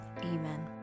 Amen